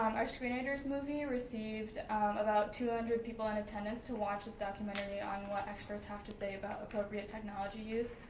um our screenagers movie received about two hundred people in attendance to watch this documentary on what experts have to say about appropriate technology use.